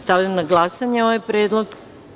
Stavljam na glasanje ovaj predlog.